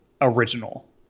original